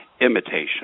imitation